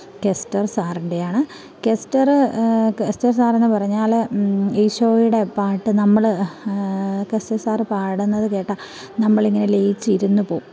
കെസ്റ്റർ സാറിൻ്റെയാണ് കെസ്റ്ററ് കെസ്റ്റർ സാർ എന്ന് പറഞ്ഞാല് ഈശോയുടെ പാട്ട് നമ്മള് കെസ്റ്റർ സാർ പാടുന്നത് കേട്ട നമ്മളിങ്ങനെ ലയിച്ചിരുന്നു പോവും